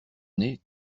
nez